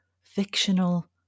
fictional